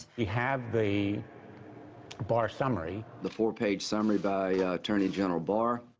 you have the barr summary. the four page summary by attorney general barr.